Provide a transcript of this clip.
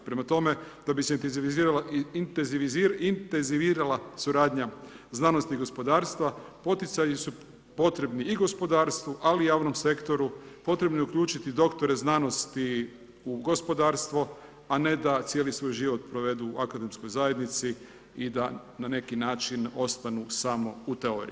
Prema tome da bi se intenzivirala suradnja znanosti i gospodarstva, poticaji su potrebni i gospodarstvu ali i javnom sektoru, potrebno je uključiti i doktore znanosti u gospodarstvo a ne da cijeli svoj život provedu u akademskoj zajednici i da na neki način ostanu samo u teoriji.